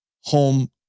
home